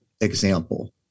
example